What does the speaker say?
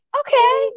okay